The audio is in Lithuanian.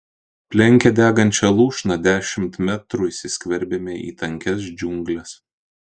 aplenkę degančią lūšną dešimt metrų įsiskverbėme į tankias džiungles